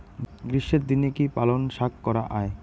গ্রীষ্মের দিনে কি পালন শাখ করা য়ায়?